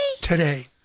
today